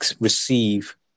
receive